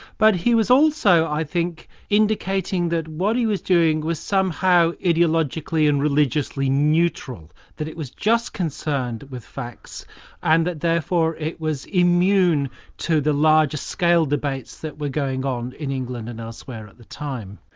but he was also i think indicating that what he was doing was somehow ideologically and religiously neutral, that it was just concerned with facts and that therefore it was immune to the larger scale debates that were going on in england and elsewhere at the time.